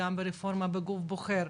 וגם ברפורמה בגוף בוחר,